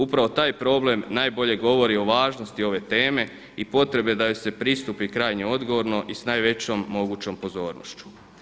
Upravo taj problem najbolje govori o važnosti ove teme i potrebi da joj se pristupi krajnje odgovorno i s najvećom mogućom pozornošću.